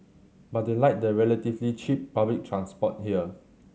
but they like the relatively cheap public transport here